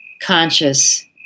conscious